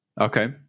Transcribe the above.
Okay